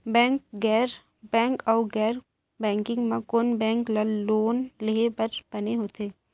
Bank अऊ गैर banking म कोन बैंक ले लोन लेहे बर बने होथे?